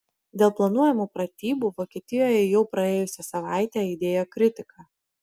dėl planuojamų pratybų vokietijoje jau praėjusią savaitę aidėjo kritika